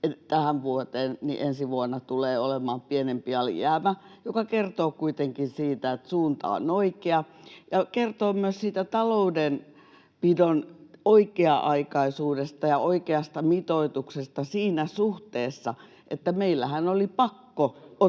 tähän vuoteen ensi vuonna tulee olemaan 4 miljardia pienempi alijäämä, mikä kertoo kuitenkin siitä, että suunta on oikea, ja kertoo myös siitä taloudenpidon oikea-aikaisuudesta ja oikeasta mitoituksesta siinä suhteessa, että meillähän oli pakko ottaa